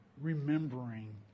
remembering